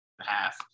half